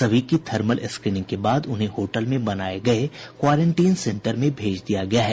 सभी की thermal screening के बाद उन्हें होटल में बनाये गये क्वारेंटीन सेंटर भेज दिया गया है